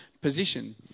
position